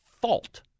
fault